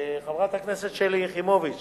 לחברת הכנסת שלי יחימוביץ